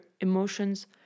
emotions